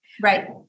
Right